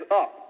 up